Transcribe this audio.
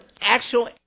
actual